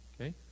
okay